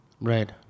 right